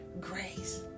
grace